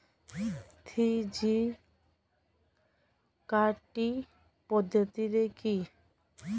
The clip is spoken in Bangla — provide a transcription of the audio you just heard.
থ্রি জি কাটিং পদ্ধতি কি?